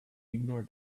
ignore